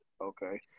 Okay